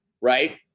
right